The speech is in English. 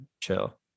chill